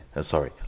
sorry